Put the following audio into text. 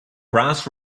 brass